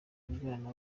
kubyarana